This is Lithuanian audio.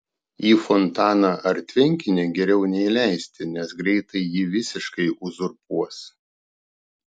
į fontaną ar tvenkinį geriau neįleisti nes greitai jį visiškai uzurpuos